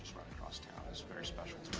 right across town is very special.